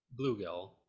bluegill